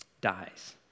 dies